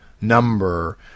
number